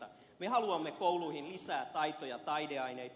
me haluamme kouluihin lisää taito ja taideaineita